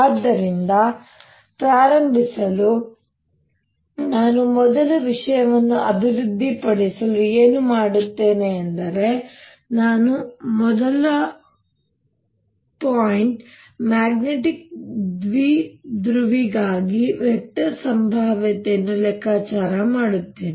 ಆದ್ದರಿಂದ ಪ್ರಾರಂಭಿಸಲು ನಾನು ಮೊದಲು ವಿಷಯವನ್ನು ಅಭಿವೃದ್ಧಿಪಡಿಸಲು ಏನು ಮಾಡುತ್ತೇನೆ ಎಂದರೆ ನಾನು ಮೊದಲು ಪಾಯಿಂಟ್ ಮ್ಯಾಗ್ನೆಟಿಕ್ ದ್ವಿಧ್ರುವಿಗಾಗಿ ವೆಕ್ಟರ್ ಸಂಭಾವ್ಯತೆಯನ್ನು ಲೆಕ್ಕಾಚಾರ ಮಾಡುತ್ತೇನೆ